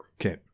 okay